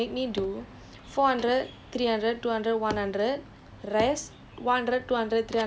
coach always used to make us do and especially me because I was damn bad at endurance right he will make me do